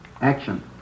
action